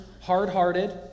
hard-hearted